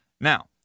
Now